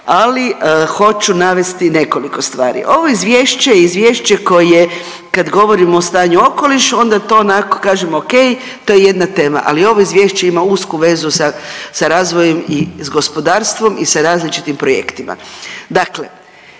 Ali hoću navesti nekoliko stvari. Ovo izvješće je izviješće koje kad govorimo o stanju okoliša onda to onako kažemo o.k. To je jedna tema, ali ovo izvješće ima usku vezu sa razvojem i sa gospodarstvom i sa različitim projektima. Dakle,